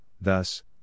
thus